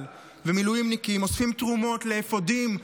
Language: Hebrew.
ומילואימניקים אוספים תרומות לאפודים,